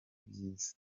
byiza